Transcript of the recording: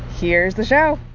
here's the show